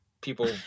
people